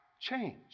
change